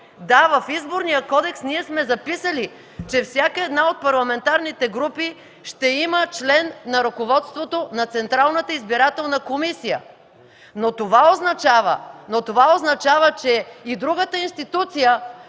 Да, в Изборния кодекс ние сме записали, че всяка една от парламентарните групи ще има член на ръководството на Централната избирателна комисия, но това означава, че и другата институция,